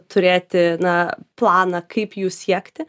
turėti na planą kaip jų siekti